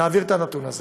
נעביר את הנתון הזה.